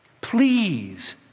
Please